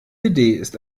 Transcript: ist